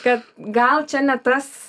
kad gal čia ne tas